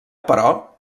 però